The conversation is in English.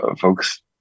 folks